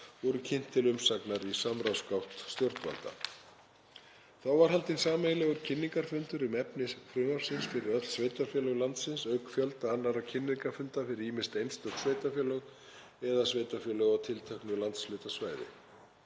voru kynnt til umsagnar í samráðsgátt stjórnvalda. Þá var haldinn sameiginlegur kynningarfundur um efni frumvarpsins fyrir öll sveitarfélög landsins auk fjölda annarra kynningarfunda fyrir ýmist einstök sveitarfélög eða sveitarfélög á tilteknu landshlutasvæði.